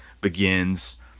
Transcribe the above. begins